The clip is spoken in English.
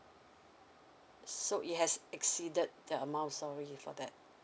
so it has exceeded the amount sorry for that